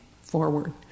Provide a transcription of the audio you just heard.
forward